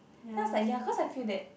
then I was like ya cause I feel that